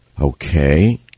Okay